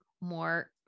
more